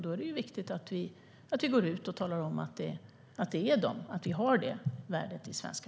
Då är det viktigt att vi går ut och talar om att de svenska produkterna har de värdena.